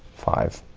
five.